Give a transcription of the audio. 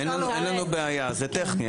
אין לנו בעיה עם זה, זה טכני.